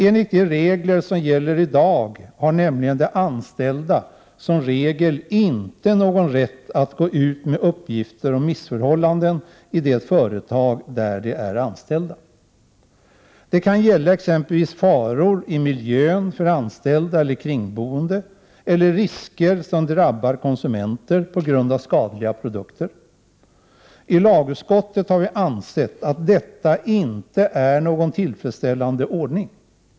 Enligt de regler som gäller i dag har nämligen anställda som regel inte någon rätt att lämna ut uppgifter om missförhållanden i det företag där de är anställda. Det kan gälla exempelvis faror i miljön för anställda eller kringboende eller risker som drabbar konsumenter på grund av skadliga produkter. I lagutskottet har vi ansett att detta inte är någon tillfredsställande ordning.